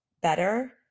better